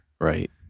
Right